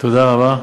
תודה רבה.